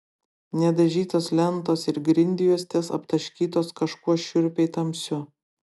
nedažytos lentos ir grindjuostės aptaškytos kažkuo šiurpiai tamsiu